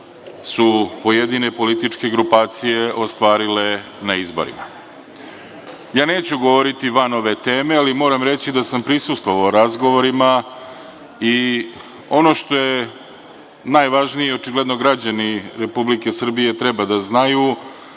su pojedine političke grupacije ostvarile na izborima. Ja neću govoriti van ove teme, ali moram reći da sam prisustvovao razgovorima i ono što je najvažnije i očigledno građani Republike Srbije treba da znaju,